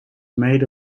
made